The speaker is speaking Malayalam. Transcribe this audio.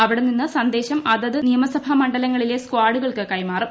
അവിടെ നിന്നു സന്ദേശം അതതു നിയമസഭ മണ്ഡലങ്ങളിലെ സ്കാഡുകൾക്കു കൈമാറും